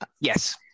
yes